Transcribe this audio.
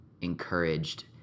encouraged